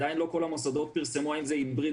עדיין לא כל המוסדות פרסמו האם זה היברידי,